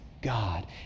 God